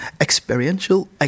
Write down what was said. experiential